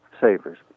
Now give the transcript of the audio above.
savers